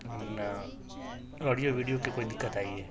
نا audio video کی کوئی دقت آئی ہے